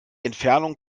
entfernung